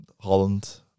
Holland